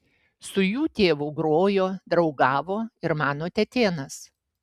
su jų tėvu grojo draugavo ir mano tetėnas